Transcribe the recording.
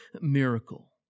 miracle